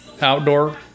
Outdoor